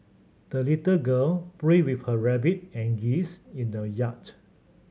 the little girl breath with her rabbit and geese in the yard